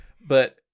But-